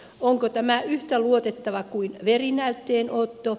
onko tämä yhtä luotettava kuin verinäytteen otto